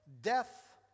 Death